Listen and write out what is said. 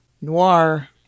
Noir